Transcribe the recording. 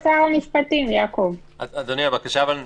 למה?